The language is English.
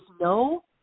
no